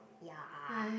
ya